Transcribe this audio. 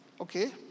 okay